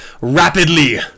rapidly